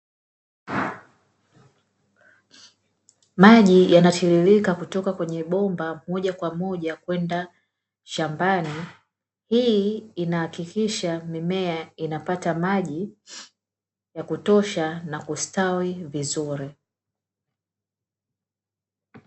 Maji yanatiririka kutoka kwenye bomba moja kwa moja kwenda shambani. Hii inahakikisha mimea inapata maji ya kutosha na kustawi vizuri.